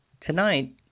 tonight